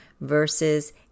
versus